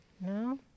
No